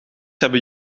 hebben